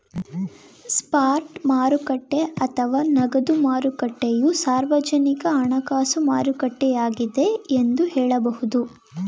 spot ಮಾರುಕಟ್ಟೆ ಅಥವಾ ನಗದು ಮಾರುಕಟ್ಟೆಯು ಸಾರ್ವಜನಿಕ ಹಣಕಾಸು ಮಾರುಕಟ್ಟೆಯಾಗಿದ್ದೆ ಎಂದು ಹೇಳಬಹುದು